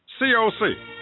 coc